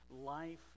life